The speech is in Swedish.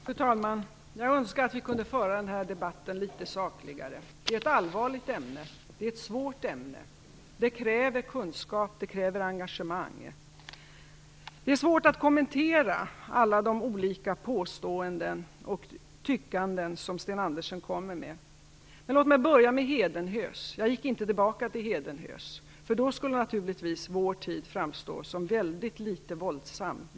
Fru talman! Jag önskar att vi kunde föra denna debatt litet sakligare. Det är ett allvarligt och svårt ämne som kräver kunskap och engagemang. Det är svårt att kommentera alla de olika påståenden och tyckanden som Sten Andersson kommer med. Men låt mig börja med hedenhös. Jag gick inte tillbaka till hedenhös. Jämfört med hur det var då skulle naturligtvis vår tid framstå som väldigt litet våldsam.